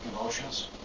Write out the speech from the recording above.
emotions